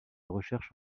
recherches